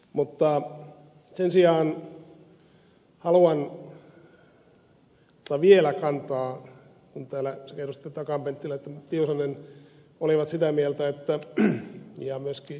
mutta sen sijaan haluan ottaa vielä kantaa kun täällä edustajat akaan penttilä ja tiusanen olivat sitä mieltä ja myöskin ed